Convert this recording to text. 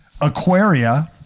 Aquaria